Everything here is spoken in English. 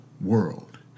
world